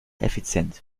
effizient